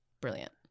Brilliant